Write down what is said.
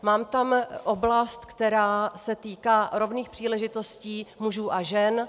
Mám tam oblast, která se týká rovných příležitostí mužů a žen.